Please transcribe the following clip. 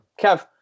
Kev